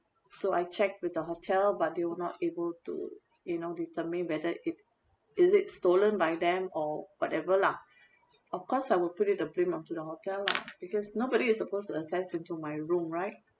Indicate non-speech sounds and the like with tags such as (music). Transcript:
so I checked with the hotel but they were not able to you know determine whether it is it stolen by them or whatever lah (breath) of course I will put it a blame onto the hotel lah (noise) because nobody is supposed access into my room right